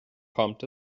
kommt